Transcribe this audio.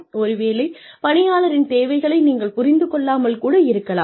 ஒருவேளை பணியாளரின் தேவைகளை நீங்கள் புரிந்து கொள்ளாமல் கூட இருக்கலாம்